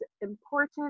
important